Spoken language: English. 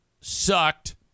Sucked